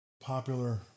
Popular